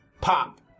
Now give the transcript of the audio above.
Pop